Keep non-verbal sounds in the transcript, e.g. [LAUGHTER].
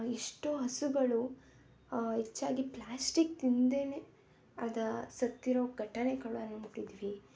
ಇಷ್ಟು ಹಸುಗಳು ಹೆಚ್ಚಾಗಿ ಪ್ಲ್ಯಾಸ್ಟಿಕ್ ತಿಂದೇ ಅದು ಸತ್ತಿರೋ ಘಟನೆಗಳು [UNINTELLIGIBLE]